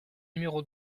numéro